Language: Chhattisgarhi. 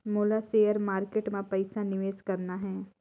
मोला शेयर मार्केट मां पइसा निवेश करना हे?